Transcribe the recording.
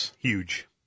huge